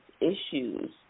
issues